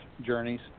journeys